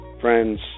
friends